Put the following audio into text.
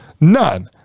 None